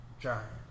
giant